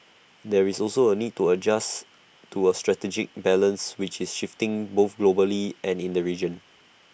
there is also A need to adjust to A strategic balance which is shifting both globally and in the region